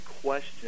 question